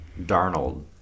Darnold